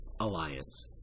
alliance